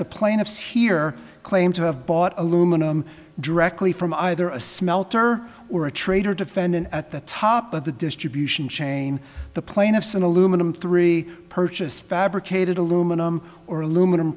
the plaintiffs here claim to have bought aluminum directly from either a smelter or a trader defendant at the top of the distribution chain the plaintiffs in aluminum three purchase fabricated aluminum or aluminum